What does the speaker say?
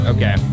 Okay